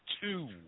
two